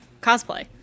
cosplay